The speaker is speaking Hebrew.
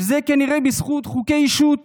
וזה כנראה בזכות חוקי אישות